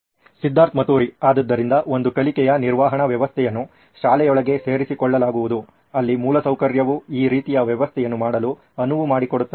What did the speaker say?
ಸಿದ್ಧಾರ್ಥ್ ಮತುರಿ ಆದ್ದರಿಂದ ಒಂದು ಕಲಿಕೆಯ ನಿರ್ವಹಣಾ ವ್ಯವಸ್ಥೆಯನು ಶಾಲೆಯೊಳಗೆ ಸೇರಿಸಿಕೊಳ್ಳಲಾಗುವುದು ಅಲ್ಲಿ ಮೂಲಸೌಕರ್ಯವು ಈ ರೀತಿಯ ವ್ಯವಸ್ಥೆಯನ್ನು ಮಾಡಲು ಅನುವು ಮಾಡಿಕೊಡುತ್ತದೆ